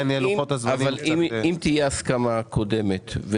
אבל אם תהיה הסכמה קודמת.